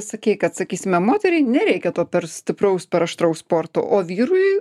sakei kad sakysime moteriai nereikia to per stipraus per aštraus sporto o vyrui